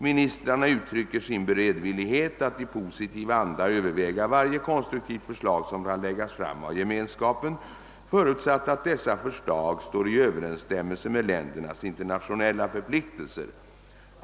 Ministrarna uttrycker sin beredvillighet att i positiv anda överväga varje konstruktivt förslag som kan läggas fram av Gemenskapen, förutsatt att dessa förslag står i överensstämmelse med ländernas internationella förpliktelser.